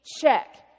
check